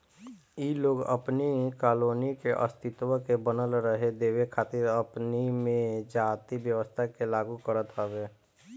इ लोग अपनी कॉलोनी के अस्तित्व के बनल रहे देवे खातिर अपनी में जाति व्यवस्था के लागू करत हवे